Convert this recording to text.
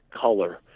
color